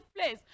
place